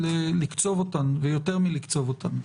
לקצוב אותן ויותר מלקצוב אותן.